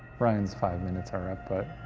ryan's five minutes are up, but